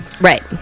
Right